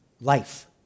Life